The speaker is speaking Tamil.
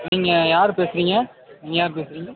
நீங்கள் யார் பேசுகிறிங்க நீங்கள் யார் பேசுகிறிங்க